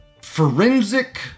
Forensic